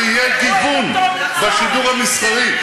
שיהיה גיוון בשידור המסחרי.